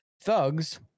thugs